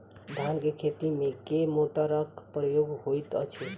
धान केँ खेती मे केँ मोटरक प्रयोग होइत अछि?